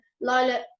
lilac